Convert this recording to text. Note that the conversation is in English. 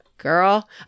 Girl